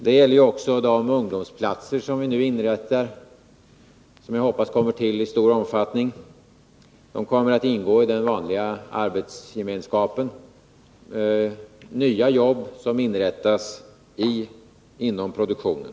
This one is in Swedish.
Det gäller också de ungdomsplatser som vi nu inrättar och som jag hoppas kommer till i stor omfattning. Ungdomarna kommer att ingå i den vanliga arbetsgemenskapen, nya jobb som inrättas inom produktionen.